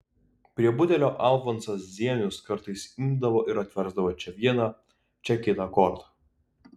prie butelio alfonsas zienius kartais imdavo ir atversdavo čia vieną čia kitą kortą